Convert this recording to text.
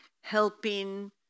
helping